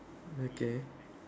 okay